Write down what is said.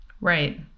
Right